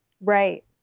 right